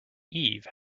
eve